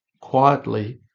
quietly